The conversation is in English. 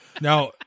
now